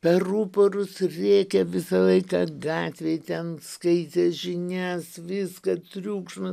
per ruporus rėkė visą laiką gatvėje ten skleidžia žinias viską triukšmas